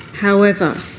however,